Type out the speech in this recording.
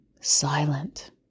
silent